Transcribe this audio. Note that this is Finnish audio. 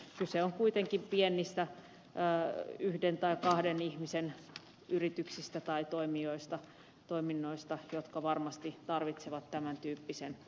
kyse on kuitenkin pienistä yhden tai kahden ihmisen yrityksistä tai toiminnoista jotka varmasti tarvitsevat tämäntyyppisen